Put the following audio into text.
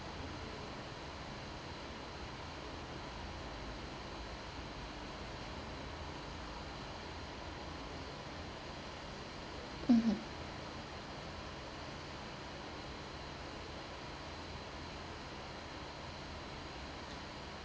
mmhmm